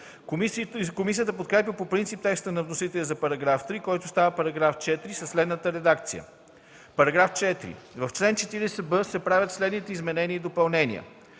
Комисията подкрепя по принцип текста на вносителя за § 3, който става § 4 със следната редакция: „§ 4. В чл. 40б се правят следните изменения и допълнения: